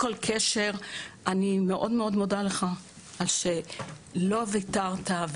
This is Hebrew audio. אני מאוד מודה לך שלא ויתרת,